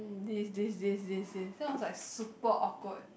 this this this this this then I was like super awkward